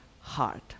heart